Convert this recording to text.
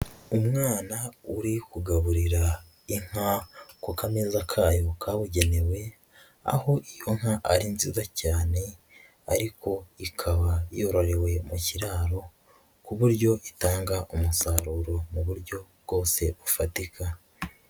Umwana uri kugaburira inka ku kameza kayo kabugenewe, aho iyo nka ari nziza cyane ariko ikaba yororewe mu kiraro, ku buryo itanga umusaruro mu buryo bwose bufatika.